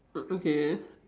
mm okay